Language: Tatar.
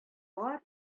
бар